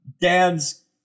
Dan's